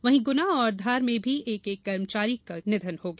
वहीं गुना और धार में भी एक एक कर्मचारी का निधन हो गया